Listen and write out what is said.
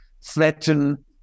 threaten